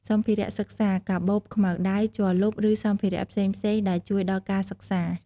សម្ភារៈសិក្សា កាបូប ខ្មៅដៃ ជ័រលុប ឬសម្ភារៈផ្សេងៗដែលជួយដល់ការសិក្សា។